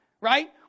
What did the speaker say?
Right